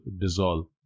dissolve